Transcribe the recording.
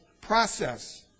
process